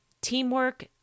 teamwork